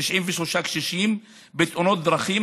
93 קשישים בתאונות דרכים,